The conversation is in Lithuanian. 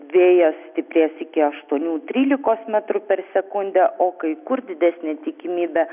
vėjas stiprės iki aštuonių trylikos metrų per sekundę o kai kur didesnė tikimybė